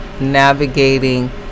navigating